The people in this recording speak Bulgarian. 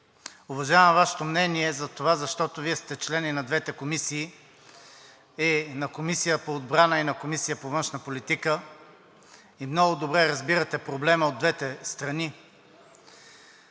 Уважавам Вашето мнение затова, защото Вие сте член и на двете комисии – и на Комисията по отбрана, и на Комисията по външна политика, и много добре разбирате проблема от двете страни.